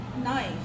Nice